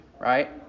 right